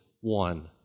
one